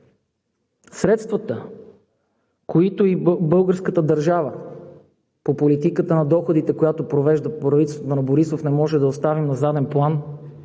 Средствата, които българската държава по политиката на доходите, която провежда правителството на Борисов, не може да оставим на заден план